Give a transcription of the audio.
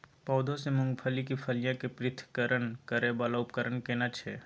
पौधों से मूंगफली की फलियां के पृथक्करण करय वाला उपकरण केना छै?